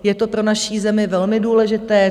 Je to pro naši zemi velmi důležité.